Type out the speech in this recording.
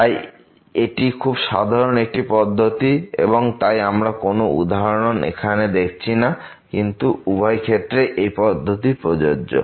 তাই এটি খুবই সাধারণ একটি পদ্ধতি এবং তাই আমরা কোন উদাহরণ এখানে দেখাচ্ছি না কিন্তু উভয় ক্ষেত্রেই এই পদ্ধতি প্রযোজ্য